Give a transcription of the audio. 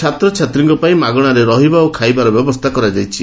ଛାତ୍ରଛାତ୍ରୀଙ୍କ ପାଇଁ ମାଗଣାରେ ରହିବା ଓ ଖାଇବାର ବ୍ୟବସ୍କା କରାଯାଇଛି